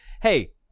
hey